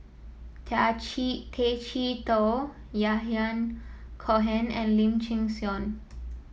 Tay Chee Toh Yahya Cohen and Lim Chin Siong